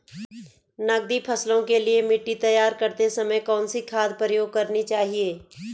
नकदी फसलों के लिए मिट्टी तैयार करते समय कौन सी खाद प्रयोग करनी चाहिए?